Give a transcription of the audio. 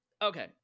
Okay